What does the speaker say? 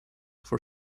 for